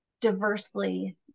diversely